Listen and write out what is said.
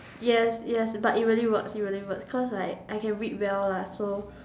yes yes but it really work it really works cause like I can read well lah so